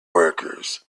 workers